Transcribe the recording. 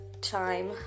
time